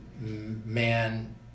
man